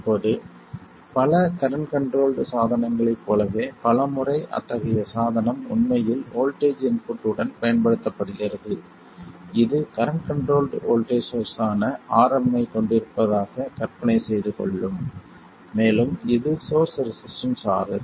இப்போது பல current controlled சாதனங்களைப் போலவே பல முறை அத்தகைய சாதனம் உண்மையில் வோல்ட்டேஜ் இன்புட் உடன் பயன்படுத்தப்படுகிறது இது கரண்ட் கண்ட்ரோல்ட் வோல்ட்டேஜ் சோர்ஸ் ஆன Rm ஐக் கொண்டிருந்ததாக கற்பனை செய்துகொள்ளும் மேலும் இது சோர்ஸ் ரெசிஸ்டன்ஸ் Rs